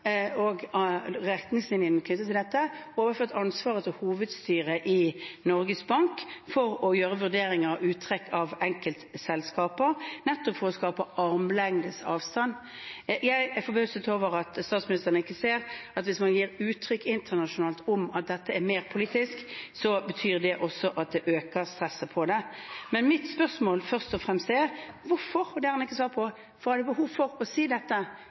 retningslinjene knyttet til dette overført ansvaret til hovedstyret i Norges Bank for å gjøre vurderinger om uttrekk av enkeltselskaper, nettopp for å skape armlengdes avstand. Jeg er forbauset over at statsministeren ikke ser at hvis man gir uttrykk internasjonalt for at dette er mer politisk, betyr det også at det øker stresset på det. Mitt spørsmål er først og fremst – og det har han ikke svart på – hvorfor han hadde behov for å si dette